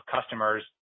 customers